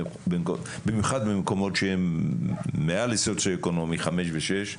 במיוחד במקומות שהם מעל לסוציואקונומי 5 ו-6,